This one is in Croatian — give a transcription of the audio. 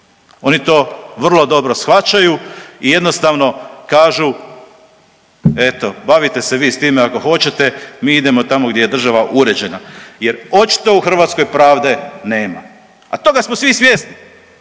Oni to vrlo dobro shvaćaju i jednostavno kažu eto bavite se vi s time ako hoćete mi idemo tamo gdje je država uređena jer očito u Hrvatskoj pravde nema. A toga smo svi svjesni.